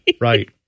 Right